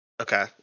Okay